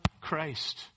Christ